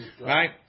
right